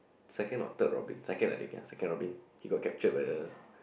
second or third Robin second I think ya second Robin he got captured by the